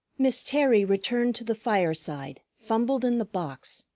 miss terry returned to the fireside, fumbled in the box,